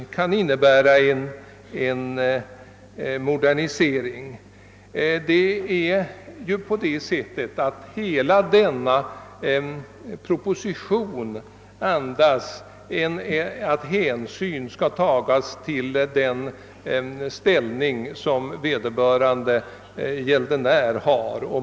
'En genomgående tendens i propositionen är att hänsyn skall tagas till den ställning som vederbörande gäldenär har.